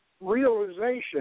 realization